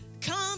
come